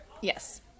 Yes